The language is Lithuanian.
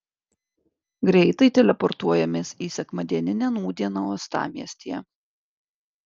greitai teleportuojamės į sekmadieninę nūdieną uostamiestyje